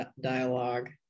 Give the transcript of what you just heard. dialogue